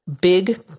big